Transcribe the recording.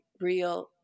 real